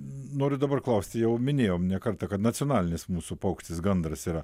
noriu dabar klausti jau minėjom ne kartą kad nacionalinis mūsų paukštis gandras yra